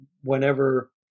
Whenever